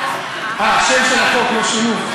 אה, השם של החוק, לא שינו.